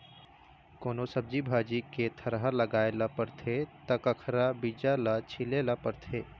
कोनो सब्जी भाजी के थरहा लगाए ल परथे त कखरा बीजा ल छिचे ल परथे